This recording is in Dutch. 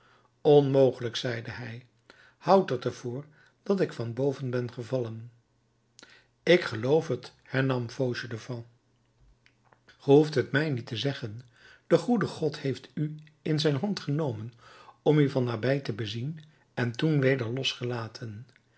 onmogelijk zeide hij houd het er voor dat ik van boven ben gevallen ik geloof het hernam fauchelevent ge behoeft het mij niet te zeggen de goede god heeft u in zijn hand genomen om u van nabij te bezien en toen weder losgelaten